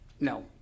No